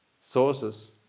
sources